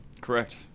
Correct